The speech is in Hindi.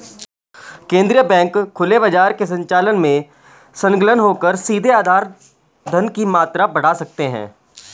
केंद्रीय बैंक खुले बाजार के संचालन में संलग्न होकर सीधे आधार धन की मात्रा बढ़ा सकते हैं